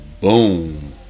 Boom